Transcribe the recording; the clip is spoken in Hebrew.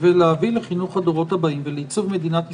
"ולהביא לחינוך הדורות הבאים ולעיצוב מדינת ישראל,